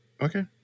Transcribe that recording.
Okay